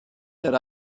that